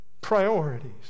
Priorities